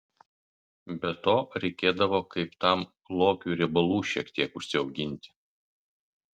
be to reikėdavo kaip tam lokiui riebalų šiek tiek užsiauginti